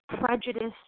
prejudice